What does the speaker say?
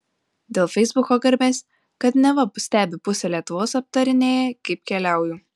dėl feisbuko garbės kad neva stebi pusė lietuvos aptarinėja kaip keliauju